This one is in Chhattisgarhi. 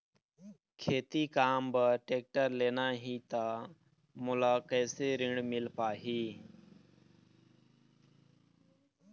खेती काम बर टेक्टर लेना ही त मोला कैसे ऋण मिल पाही?